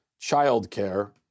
childcare